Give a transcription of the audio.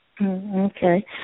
Okay